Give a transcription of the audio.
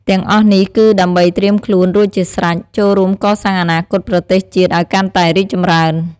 ទាំងអស់នេះ គឺដើម្បីត្រៀមខ្លួនរួចជាស្រេច ចូលរួមកសាងអនាគតប្រទេសជាតិឱ្យកាន់តែរីកចម្រើន។